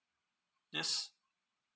yes